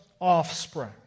offspring